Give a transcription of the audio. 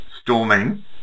storming